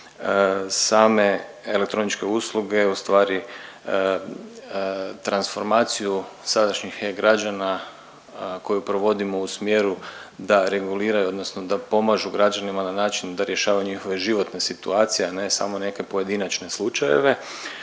same elektroničke usluge u stvari transformaciju sadašnjih e-građana koju provodimo u smjeru da reguliraju odnosno da pomažu građanima na način da rješavaju njihove životne situacije, a ne samo neke pojedinačne slučajeve.